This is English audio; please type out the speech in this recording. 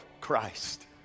Christ